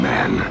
Man